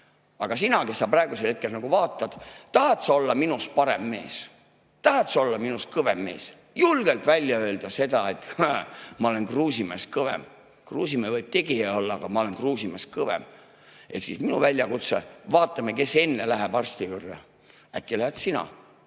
Aga sina, kes sa praegu vaatad, tahad sa olla minust parem mees, tahad sa olla minust kõvem mees, julgelt välja öelda seda, et ma olen Kruusimäest kõvem, et Kruusimäe võib tegija olla, aga ma olen Kruusimäest kõvem? Ehk siis minu väljakutse: vaatame, kes läheb enne arsti juurde. Äkki lähed sina?